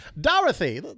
Dorothy